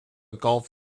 golf